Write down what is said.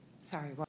Sorry